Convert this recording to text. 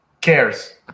cares